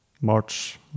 March